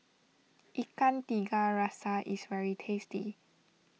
Ikan Tiga Rasa is very tasty